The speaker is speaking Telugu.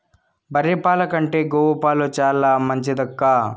బర్రె పాల కంటే గోవు పాలు చాలా మంచిదక్కా